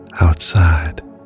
Outside